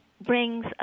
brings